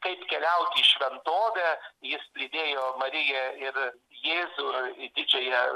kaip keliauti į šventovę jis lydėjo mariją ir jėzų į didžiąją